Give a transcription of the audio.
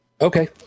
okay